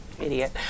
Idiot